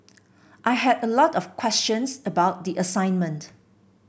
I had a lot of questions about the assignment